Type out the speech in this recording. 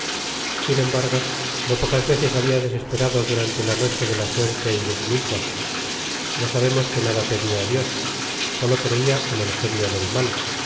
sin embargo no pocas veces habia desesperado durante la noche de la uertey de si misma ya sabemos que nada pedia á dios solo creia en el genio del mal